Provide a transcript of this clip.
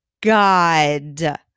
God